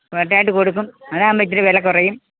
പ്ലോട്ടായിട്ട് കൊടുക്കും അതാവുമ്പം ഇത്തിരി വിലക്കുറയും